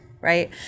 right